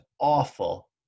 awful